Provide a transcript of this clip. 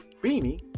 beanie